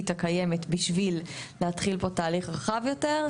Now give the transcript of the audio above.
הקיימת בשביל להתחיל פה תהליך רחב יותר.